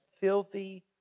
filthy